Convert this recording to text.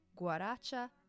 guaracha